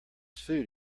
food